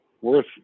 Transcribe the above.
worth